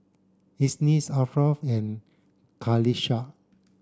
Isnin Ashraff and Qalisha